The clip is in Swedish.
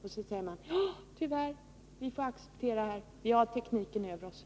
Tyvärr, säger man, får vi acceptera det här, för vi har tekniken över oss.